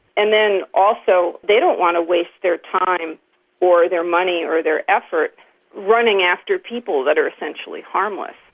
and then also they don't want to waste their time or their money or their effort running after people that are essentially harmless.